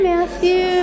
Matthew